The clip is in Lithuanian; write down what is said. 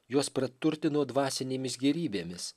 juos praturtino dvasinėmis gėrybėmis